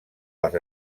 les